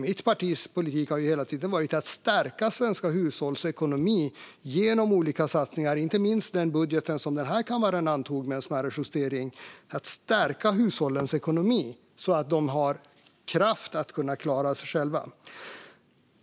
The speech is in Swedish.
Mitt partis politik har hela tiden varit att stärka de svenska hushållens ekonomi genom olika satsningar, inte minst i den budget som den här kammaren antog med en smärre justering. Vi vill stärka hushållens ekonomi så att de har kraft att kunna klara sig själva.